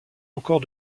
encore